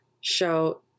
show